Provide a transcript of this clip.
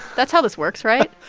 that's how this works, right?